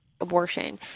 abortion